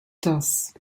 das